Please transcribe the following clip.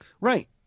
right